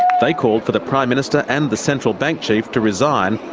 they called for the prime minister and the central bank chief to resign,